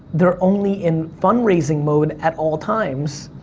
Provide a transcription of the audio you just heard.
they're only in fundraising mode at all times.